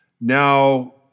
Now